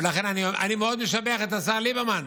אני מאוד משבח את השר ליברמן.